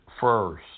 first